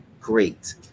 great